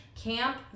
camp